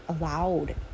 allowed